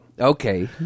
Okay